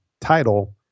title